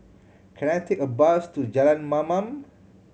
can I take a bus to Jalan Mamam